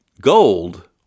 Gold